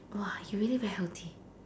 !wah! you really very healthy